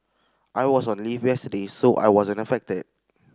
I was on leave yesterday so I wasn't affected